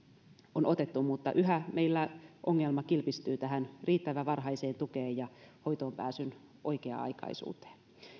on otettu mutta yhä meillä ongelma kilpistyy tähän riittävän varhaiseen tukeen ja hoitoonpääsyn oikea aikaisuuteen